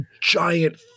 giant